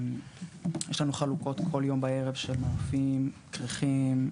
יש לנו חלוקות כל יום בערב של מאפים, כריכים,